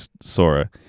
Sora